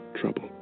trouble